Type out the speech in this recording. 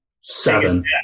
Seven